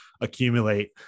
accumulate